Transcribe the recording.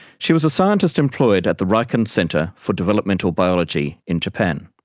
she was a scientist employed at the riken center for developmental biology in japan.